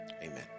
Amen